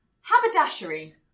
Haberdashery